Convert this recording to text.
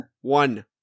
One